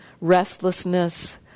restlessness